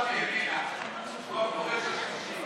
אם כן, 47 בעד, 52 נגד.